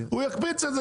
הוא יקפיץ את זה.